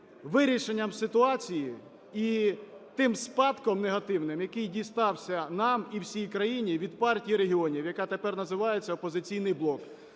вирішенням ситуації і тим спадком негативним, який дістався нам і всій країні від Партії регіонів, яка тепер називається "Опозиційний блок".